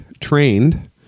trained